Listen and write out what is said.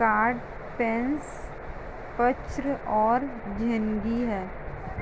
catfish, perch और झींगे हैं